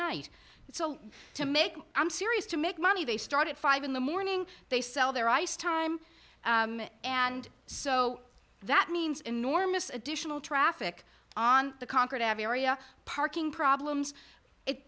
night so to make i'm serious to make money they start at five in the morning they sell their ice time and so that means enormous additional traffic on the concord area parking problems